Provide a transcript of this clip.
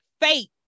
faith